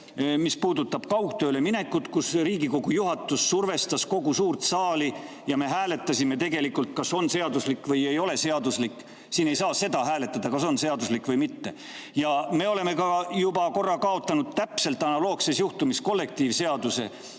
mis puudutas kaugtööle minekut, kui Riigikogu juhatus survestas kogu suurt saali ja me hääletasime, kas see on seaduslik või ei ole seaduslik. Siin ei saa seda hääletada, kas on seaduslik või mitte. Ja me oleme juba korra kaotanud täpselt analoogses juhtumis kollektiivseaduse